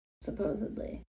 supposedly